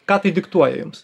ką tai diktuoja jums